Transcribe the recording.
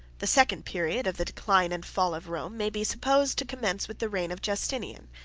the second period of the decline and fall of rome may be supposed to commence with the reign of justinian,